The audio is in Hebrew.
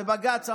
בבג"ץ,